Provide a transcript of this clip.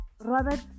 Robert